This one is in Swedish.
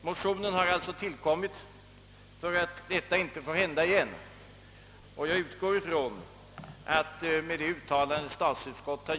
Motionen har alltså tillkommit för att detta inte skall hända igen.